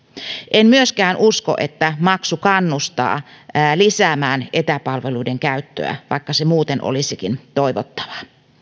en myöskään usko että maksu kannustaa lisäämään etäpalveluiden käyttöä vaikka se muuten olisikin toivottavaa